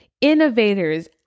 innovators